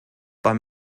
bei